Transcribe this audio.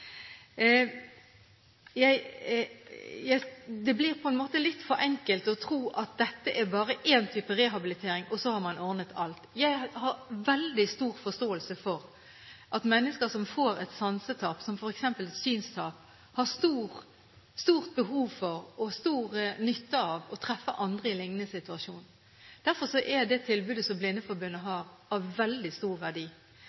Det blir på en måte litt for enkelt å tro at det bare er én type rehabilitering – og så har man ordnet alt. Jeg har veldig stor forståelse for at mennesker som får et sansetap, som f.eks. synstap, har stort behov for og stor nytte av å treffe andre i lignende situasjon. Derfor er det tilbudet som Blindeforbundet